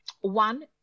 one